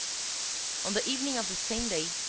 on the evening of the same day,